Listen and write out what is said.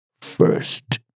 first